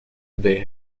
they